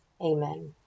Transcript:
Amen